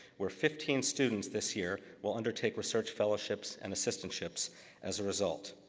where fifteen students this year will undertake research fellowships and assistantships as a result.